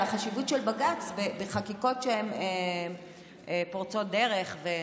על החשיבות של בג"ץ בחקיקות שהן פורצות דרך.